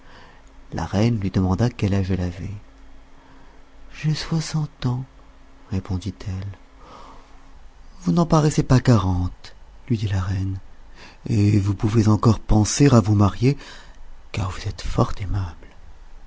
la reine lui demanda quel âge elle avait j'ai soixante ans répondit-elle vous n'en paraissez pas quarante lui dit la reine et vous pouvez encore penser vous marier car vous êtes fort aimable